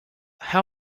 how